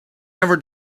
never